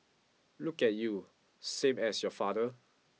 look at you same as your father